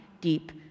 deep